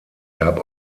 gab